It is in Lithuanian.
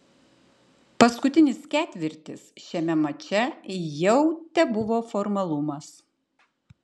paskutinis ketvirtis šiame mače jau tebuvo formalumas